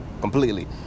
completely